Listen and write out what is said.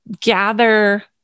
gather